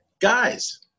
Guys